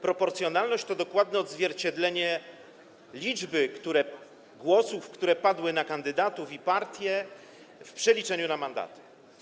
Proporcjonalność to dokładne odzwierciedlenie liczby głosów, które padły na kandydatów i partie, w przeliczeniu na mandaty.